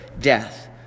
death